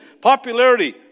popularity